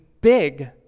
big